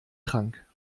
trank